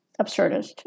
absurdist